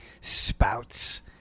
spouts